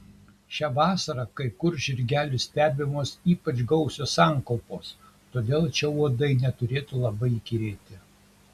šią vasarą kai kur žirgelių stebimos ypač gausios sankaupos todėl čia uodai neturėtų labai įkyrėti